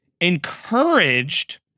encouraged